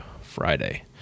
friday